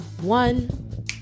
One